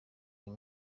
uyu